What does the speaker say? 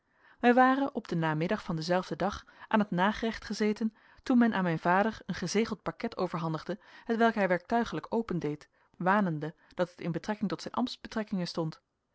wij waren op den namiddag van denzelfden dag aan het nagerecht gezeten toen men aan mijn vader een gezegeld pakket overhandigde hetwelk hij werktuiglijk opendeed wanende dat het in betrekking tot zijn ambtsbetrekkingen stond